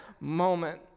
moment